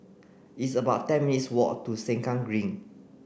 it's about ten minutes' walk to Sengkang Green